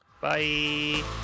Bye